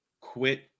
quit